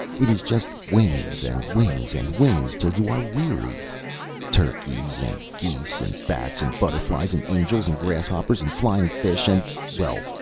it is just wings, and wings, and wings, till you are weary turkeys, and geese, and bats, and butterflies, and angels, and grasshoppers, and flying-fish, and well,